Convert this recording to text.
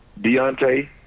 Deontay